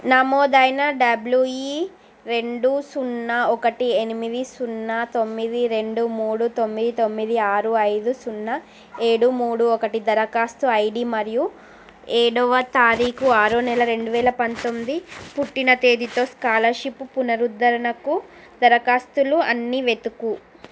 నమోదైన డెబ్ల్యూయీ రెండు సున్నా ఒకటి ఎనిమిది సున్నా తొమ్మిది రెండు మూడు తొమ్మిది తొమ్మిది ఆరు ఐదు సున్నా ఏడు మూడు ఒకటి దరఖాస్తు ఐడీ మరియు ఏడవ తారీకు ఆరో నెల రెండువేల పంతొమిది పుట్టినతేదీతో స్కాలర్షిప్ పునరుధారణకు దరఖాస్తులు అన్ని వెతుకు